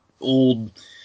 old